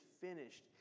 finished